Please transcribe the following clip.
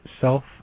self